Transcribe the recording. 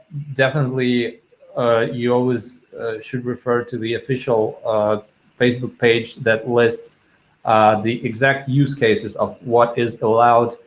definitely you always should refer to the official facebook page that lists the exact use cases of what is allowed